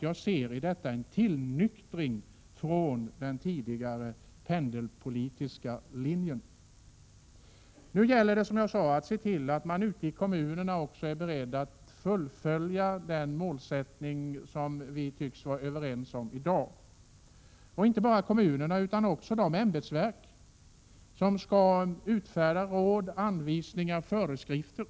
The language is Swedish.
Jag ser nu en tillnyktring från den tidigare pendelpolitiska linjen. Nu gäller det att se till att man ute i kommunerna också är beredd att fullfölja den målsättning som vi tycks vara överens om i dag. Det gäller inte bara kommunerna utan också de ämbetsverk som skall utfärda råd, anvisningar och föreskrifter.